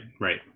right